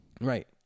Right